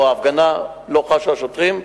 או בהפגנה לא חשו השוטרים,